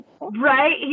Right